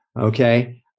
okay